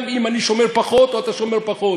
גם אם אני שומר פחות או אתה שומר פחות,